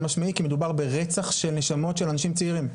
משמעי כי מדובר ברצח של נשמות של אנשים צעירים?